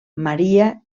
maria